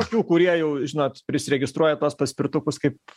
tokių kurie jau žinot prisiregistruoja tuos paspirtukus kaip